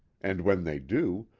and when they do,